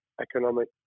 economic